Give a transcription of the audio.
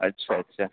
اچھا اچھا